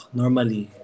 normally